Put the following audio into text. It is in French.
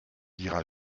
dira